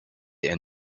and